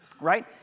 right